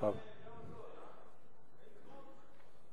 גם רצון להשמיד את מדינת ישראל.